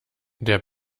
der